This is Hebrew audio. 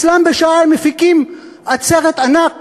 אצלם בשעה הם מפיקים עצרת ענק.